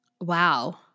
Wow